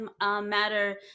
Matter